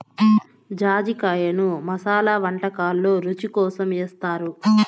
జాజికాయను మసాలా వంటకాలల్లో రుచి కోసం ఏస్తారు